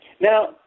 Now